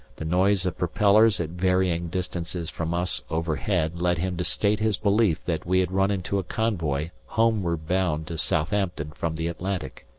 the noise of propellers at varying distances from us overhead led him to state his belief that we had run into a convoy homeward bound to southampton from the atlantic.